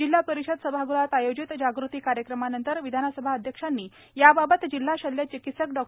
जिल्हा परिषद सभागृहात आयोजित जागृती कार्यक्रमानंतर विधानसभा अध्यक्षांनी या बाबत जिल्हा शल्य चिकित्सक डॉ